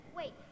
wait